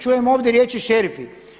Čujem ovdje riječi šerifi.